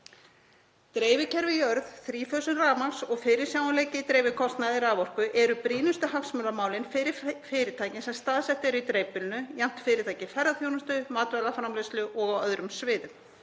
Dreifikerfi í jörð, þrífösun rafmagns og fyrirsjáanleiki í dreifikostnaði raforku eru brýnustu hagsmunamálin fyrir fyrirtækin sem staðsett er í dreifbýlinu, jafnt fyrirtæki í ferðaþjónustu, matvælaframleiðslu og á öðrum sviðum.